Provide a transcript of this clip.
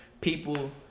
people